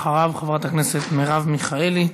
אחריו, חברת הכנסת מרב מיכאלי.